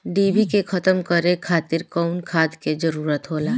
डिभी के खत्म करे खातीर कउन खाद के जरूरत होला?